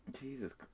Jesus